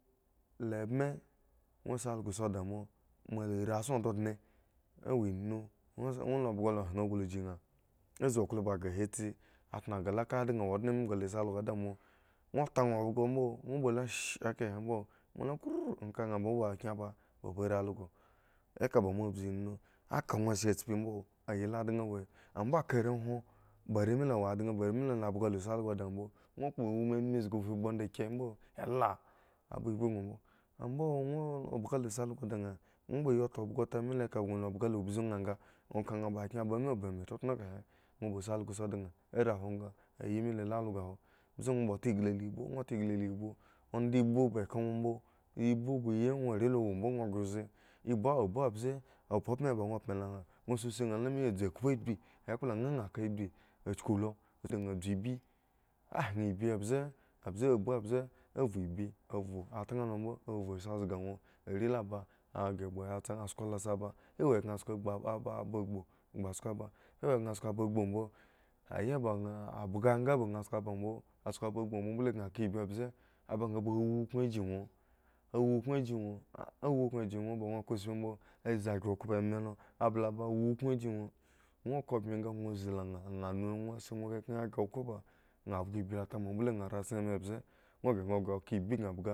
Le edme ŋwo si also si da moa moa la rii zo dnadne awo inu ŋwo si ŋwo la bhga a han aglu ji nha a ba zi klobaghre he tsi a tnogah la ka adaŋ wo ondne me nha ha si algo dimoa ŋwo ta nha obhgo mbo nwo ba lu shi ekakahe mbo ŋwo lu la groou nha mbo ba khren ba ba rii also eka ba moa bzu inu eka moa zhi tspi moa ayi la adaŋ wo he mbo aka rehwon ba are me lo a wo adaŋ ba are me lo bhga si also dan mbo ŋwo kpo ewumeme zgi vhu gbu ondan ki mbo ela aba ibu boŋ mbo a mbo ŋwo bhga la si also di nha ŋwo kpha yi ta bhgo ta mi le eka gŋo la bhga la bzu nha nga ŋwo kpho ka nha ba khren ba mu tnotno kahe ŋwo ba si also si di nha ariii hwonga ayi ble la algo wo mbze dwo kpho ta ngli la ibu ŋwo are lo wo inbo ŋwo sa si nha la nha ya dzu kophu agbi ekpla nha nha ka agbi a chuku lo uchuku da nha dzu ebyi a hwin abyi mbze a bu mbze a vhu iibii a vhu a taŋ lo mbo a vhu si zga ŋwo are lo ba aghre aba tsa a sko lo a si a awo kaŋ sko gbu ba ba ba gbu nha sko ba owo kaŋ sko ba gbu mbo a ye baŋ bhga nga a wu kuŋ ji doro a wukud jii awo a wukuŋ ji ŋwo ba ŋwo ka tsi mbo a zi gbre kopho ema lo abliba wukuŋ ji ŋo ŋwo kabmeh nga ŋwo zi la nha la nha a si ŋwo khrekhren ghre ibu bma bhga ibyi lo tama mbole bma rackre ema mbze ŋwo ghre ngga ŋwo ka ibyi bma bhga.